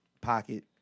pocket